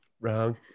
Wrong